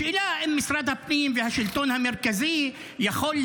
השאלה היא אם משרד הפנים והשלטון המרכזי יכולים